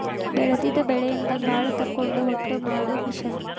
ಬೆಳದಿದ ಬೆಳಿಯಿಂದ ಕಾಳ ತಕ್ಕೊಂಡ ಹೊಟ್ಟ ಮಾಡು ಮಿಷನ್